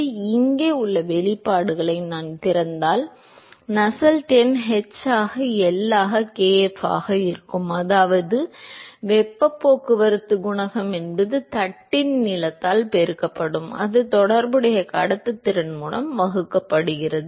எனவே இங்கே உள்ள வெளிப்பாடுகளை நான் திறந்தால் நஸ்செல்ட் எண் h ஆக L ஆல் kf ஆக இருக்கும் அதாவது வெப்பப் போக்குவரத்து குணகம் என்பது தட்டின் நீளத்தால் பெருக்கப்படும் அது தொடர்புடைய கடத்துத்திறன் மூலம் வகுக்கப்படுகிறது